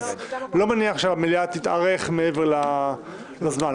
אז אני לא מניח שהמליאה תתארך מעבר לזמן.